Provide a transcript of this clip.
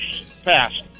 Fast